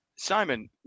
Simon